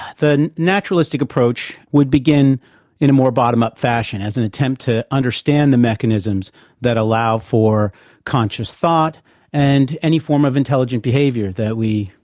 the naturalistic approach would begin in a more bottom-up fashion as an attempt to understand the mechanisms that allow for conscious thought and any form of intelligent behaviour that we,